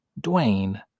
Dwayne